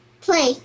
Play